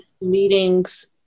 Meetings